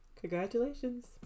Congratulations